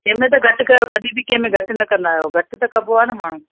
हिनमें त घटि कयो कॾहिं बि कंहिंमें घटि न कंदा आहियो घटि त कबो आहे न माण्हू खे